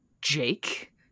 Jake